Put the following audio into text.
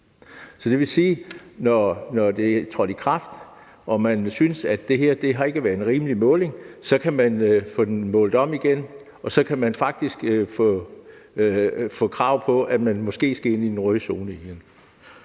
Det vil sige, at når det er trådt i kraft, og hvis man ikke synes, at det har været en rimelig måling, kan man få en ny måling, og så har man faktisk krav på, at man måske skal ind i den røde zone igen.